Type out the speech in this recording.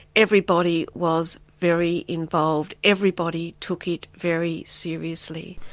everybody was very involved, everybody took it very seriously.